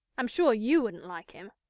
i'm sure you wouldn't like him.